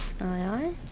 I-I